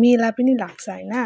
मेला पनि लाग्छ होइन